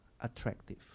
attractive